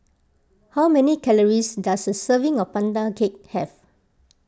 how many calories does a serving of Pandan Cake have